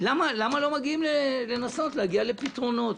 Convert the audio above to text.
למה לא מנסים להגיע לפתרונות?